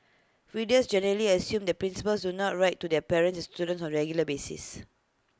readers generally assume that principals do not write to their parents and students on regular basis